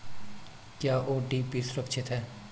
क्या ओ.टी.पी सुरक्षित है?